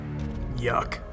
Yuck